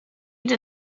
did